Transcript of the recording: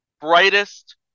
brightest